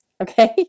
Okay